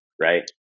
right